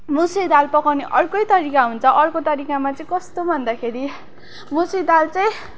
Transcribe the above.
मुसुरी दाल पकाउने अर्कै तरिका हुन्छ अर्को तरिकामा चाहिँ कस्तो भन्दाखेरि मुसुरी दाल चाहिँ